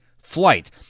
flight